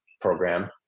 program